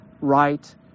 right